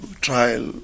trial